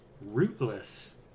Rootless